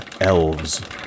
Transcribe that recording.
elves